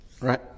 Right